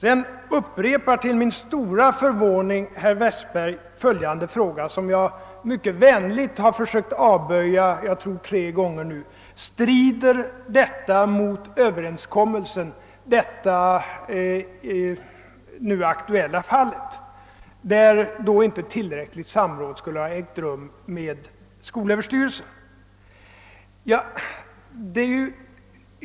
=| Jag upprepar att jag är förvånad över herr Westbergs fråga, som jag har försökt vänligt avböja, jag tror tre gånger, nämligen om det nu aktuella fallet strider mot överenskommelsen och om tillräckligt samråd med skolöverstyrelsen inte har förekommit.